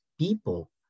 people